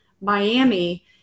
Miami